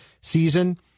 season